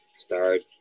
start